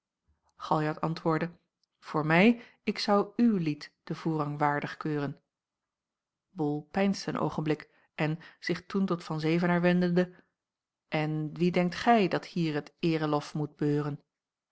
galjart antwoordde voor mij ik zou uw lied den voorrang waardig keuren bol peinsde een oogenblik en zich toen tot van zevenaer wendende en wie denkt gij dat hier het eereloof moet beuren